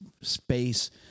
space